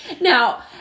Now